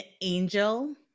angel